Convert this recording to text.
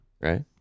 right